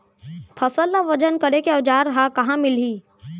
फसल ला वजन करे के औज़ार हा कहाँ मिलही?